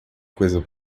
coisa